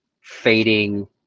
fading